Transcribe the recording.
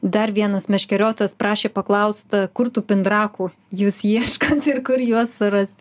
dar vienas meškeriotojas prašė paklaust kur tų pindrakų jūs ieškot ir kur juos rasti